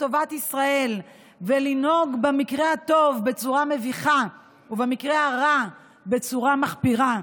טובת ישראל ולנהוג במקרה הטוב בצורה מביכה ובמקרה הרע בצורה מחפירה.